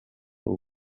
ubu